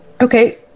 Okay